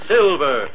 Silver